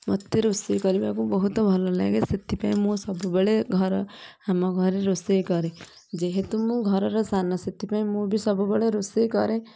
ମତେ ରୋଷେଇ କରିବାକୁ ବହୁତ ଭଲ ଲାଗେ ସେଥିପାଇଁ ମୁଁ ସବୁବେଳେ ଘର ଆମ ଘରେ ରୋଷେଇ କରେ ଯେହେତୁ ମୁଁ ଘରର ସାନ ସେଥିପାଇଁ ମୁଁ ବି ସବୁବେଳେ ରୋଷେଇ କରେ